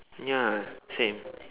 ya same